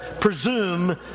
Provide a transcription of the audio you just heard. presume